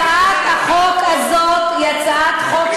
הצעת החוק הזאת היא הצעת חוק,